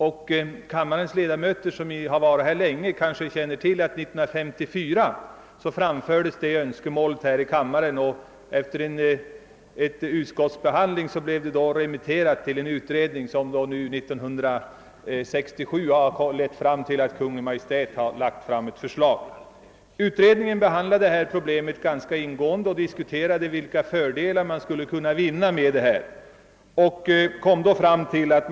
En del av kammarens ledamöter minns kanske att önskemål härom framfördes 1954. Efter utskottsoch riksdagsbehandling remitterades frågan till en utredning och Kungl. Maj:t har nu framlagt en proposition. Utredningen behandlade problemet ganska ingående och diskuterade vilka fördelar som skulle kunna vinnas med en omläggning av systemet.